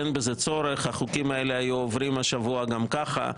אין בזה צורך החוקים האלה היו עוברים השבוע גם ככה,